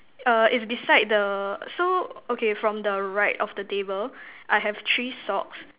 err is beside the so okay from the right of the table I have three socks